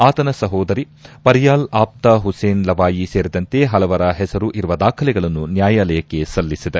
ಆತನ ಸಹೋದರಿ ಪರಿಯಾಲ್ ಆಪ್ತ ಹುಸೇನ್ ಲವಾಯಿ ಸೇರಿದಂತೆ ಹಲವರ ಹೆಸರು ಇರುವ ದಾಖಲೆಗಳನ್ನು ನ್ಲಾಯಾಲಯಕ್ತೆ ಸಲ್ಲಿಸಿದೆ